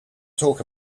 talk